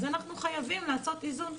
אז אנחנו חייבים לעשות איזון.